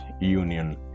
Union